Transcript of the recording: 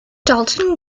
dalton